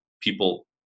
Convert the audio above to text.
people